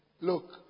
Look